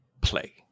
play